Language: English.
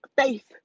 faith